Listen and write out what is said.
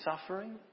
suffering